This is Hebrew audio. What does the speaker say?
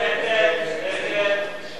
מי נמנע?